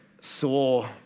saw